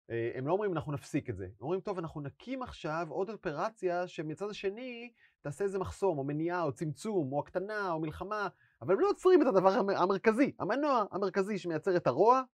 הם לא אומרים אנחנו נפסיק את זה, הם אומרים טוב אנחנו נקים עכשיו עוד אופרציה שמצד השני תעשה איזה מחסום או מניעה או צמצום או הקטנה או מלחמה, אבל הם לא עוצרים את הדבר המרכזי, המנוע המרכזי שמייצר את הרוע